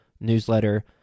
newsletter